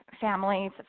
families